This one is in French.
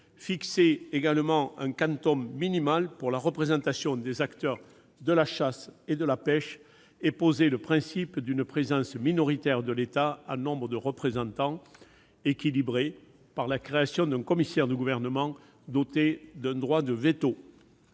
fixé un quantum minimal pour la représentation des acteurs de la chasse et de la pêche et posé le principe d'une présence minoritaire de l'État en nombre de représentants, équilibrée par la création d'un commissaire du Gouvernement doté d'un droit de veto.